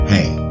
Hey